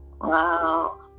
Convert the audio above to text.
wow